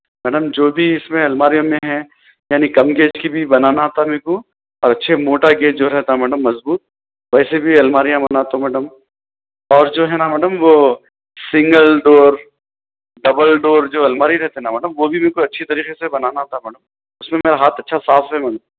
madam جو بھی اس میں الماریوں میں ہے یعنی کم گیج کی بھی بنانا آتا میرے کو اور اچھے موٹا گیج جو رہتا میڈم مضبوط ویسے بھی الماریاں بناتا ہوں میڈم اور جو ہے نا میڈم وہ سنگل ڈور ڈبل ڈور جو الماری رہتا ہے نا میڈم وہ بھی اچھی طریقے سے بنانا آتا میڈم اس میں میرا ہاتھ اچھا صاف ہے میڈم